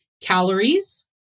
calories